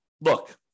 look